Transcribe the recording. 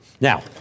Now